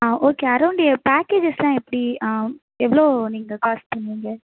ஆ okay around பேக்கேஜஸெலாம் எப்படி எவ்வளோ நீங்கள் காஸ்ட் பண்ணுவீங்க